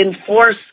enforce